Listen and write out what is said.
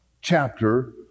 chapter